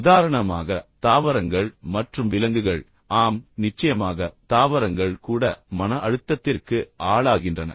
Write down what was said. உதாரணமாக தாவரங்கள் மற்றும் விலங்குகள் ஆம் நிச்சயமாக தாவரங்கள் கூட மன அழுத்தத்திற்கு ஆளாகின்றன